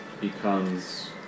becomes